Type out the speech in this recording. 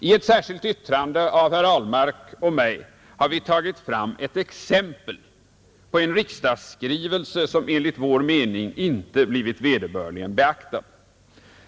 I ett särskilt yttrande av herr Ahlmark och mig har vi tagit fram ett exempel på en riksdagsskrivelse, som enligt vår mening inte har blivit vederbörligen beaktad.